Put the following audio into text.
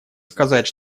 сказать